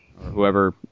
Whoever